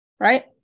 right